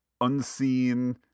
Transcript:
unseen